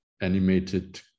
animated